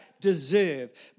deserve